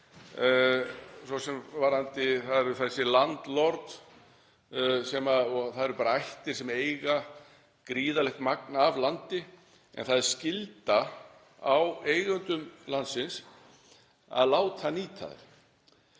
vel þekkt, það eru þessir „landlords“ og það eru bara ættir sem eiga gríðarlegt magn af landi, en það er skylda á eigendum landsins að láta nýta það.